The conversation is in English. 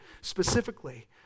specifically